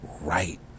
right